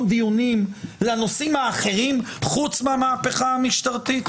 דיונים לנושאים האחרים חוץ מהמהפכה המשטרית?